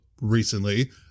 recently